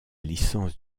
licence